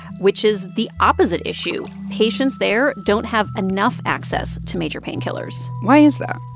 which is the opposite issue. patients there don't have enough access to major painkillers why is that?